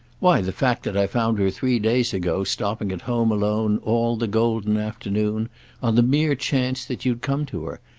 why the fact that i found her three days ago stopping at home alone all the golden afternoon on the mere chance that you'd come to her,